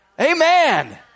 Amen